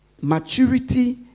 maturity